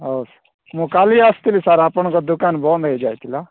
ହଉ ମୁଁ କାଲି ଆସିଥିଲି ସାର୍ ଆପଣଙ୍କ ଦୋକାନ ବନ୍ଦ ହେଇଯାଇଥିଲା